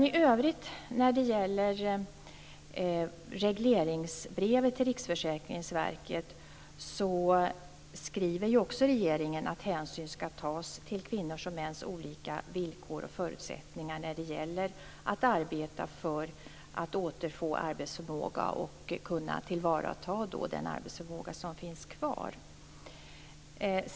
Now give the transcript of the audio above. I övrigt skriver regeringen att hänsyn skall tas till kvinnors och mäns olika villkor och förutsättningar när det gäller att arbeta för att återfå arbetsförmåga och kunna tillvarata den arbetsförmåga som finns kvar.